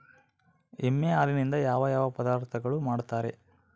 ಎಮ್ಮೆ ಹಾಲಿನಿಂದ ಯಾವ ಯಾವ ಪದಾರ್ಥಗಳು ಮಾಡ್ತಾರೆ?